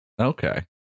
Okay